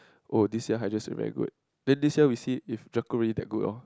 oh this year Hydra say very good then this year we see if Drako really that good lor